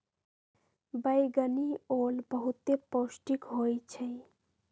बइगनि ओल बहुते पौष्टिक होइ छइ